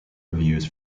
reviews